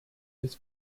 his